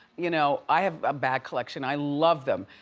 you know, i have a bag collection, i love them.